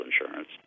insurance